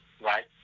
Right